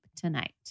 tonight